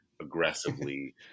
aggressively